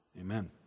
amen